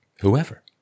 whoever